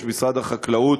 או משרד החקלאות,